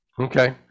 Okay